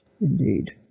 Indeed